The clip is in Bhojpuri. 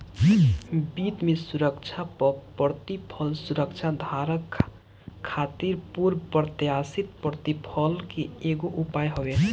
वित्त में सुरक्षा पअ प्रतिफल सुरक्षाधारक खातिर पूर्व प्रत्याशित प्रतिफल के एगो उपाय हवे